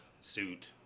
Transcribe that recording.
suit